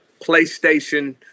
PlayStation